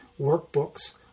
workbooks